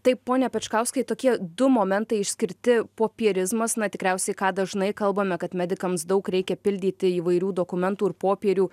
taip pone pečkauskai tokie du momentai išskirti popierizmas na tikriausiai ką dažnai kalbame kad medikams daug reikia pildyti įvairių dokumentų ir popierių